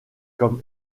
comme